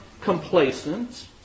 complacent